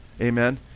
amen